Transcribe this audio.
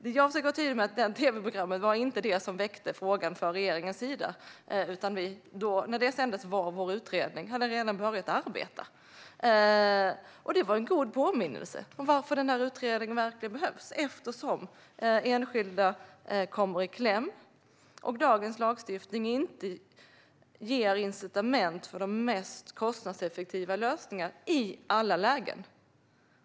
Det jag försöker att vara tydlig med är att det inte var detta tv-program som väckte frågan för regeringen, utan vår utredning hade redan börjat arbeta när det sändes. Det var en god påminnelse om varför utredningen verkligen behövs eftersom enskilda kommer i kläm och dagens lagstiftning inte ger incitament för de mest kostnadseffektiva lösningarna i alla lägen.